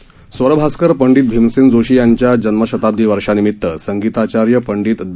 स्वरभास्कर पंडित भीमसेन जोशी यांच्या जन्मशताब्दी वर्षानिमित संगीताचार्य पंडित द